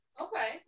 Okay